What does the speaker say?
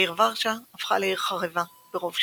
העיר ורשה הפכה לעיר חרבה ברוב שטחה.